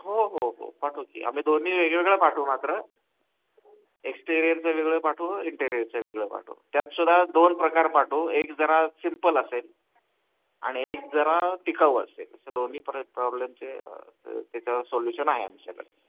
हो हो हो पाठवू की आम्ही दोन्ही वेगवेगळं पाठवू मात्र एक्स्टेरिअरचं वेगळं पाठवू इंटेरियरचं वेगळं पाठवू त्यातसुदा दोन प्रकार पाठवू एक जरा सिम्पल असेल आणि एक जरा टिकाऊ असेल असं दोन्ही प्र प्रॉब्लेमचे त्याच्यावर सोल्युशन आहे आमच्याकडे